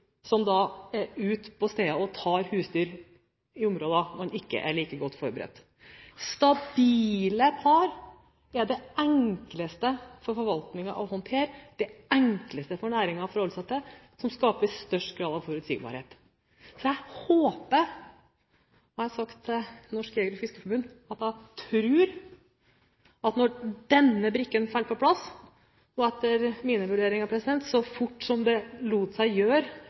som er ute og tar husdyr i områder der man ikke er like godt forberedt. Stabile par er det enkleste for forvaltningen å håndtere, det enkleste for næringen å forholde seg til, og det som skaper størst grad av forutsigbarhet. Som jeg har sagt til Norges Jeger- og Fiskerforbund, tror jeg at når denne brikken faller på plass, noe som etter mine vurderinger bør skje så fort som det lar seg gjøre